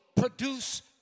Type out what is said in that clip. produce